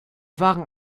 waren